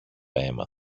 αίμα